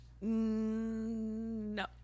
No